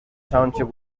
township